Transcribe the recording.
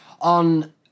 on